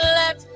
let